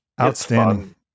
Outstanding